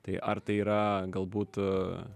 tai ar tai yra galbūt